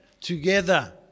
together